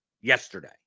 yesterday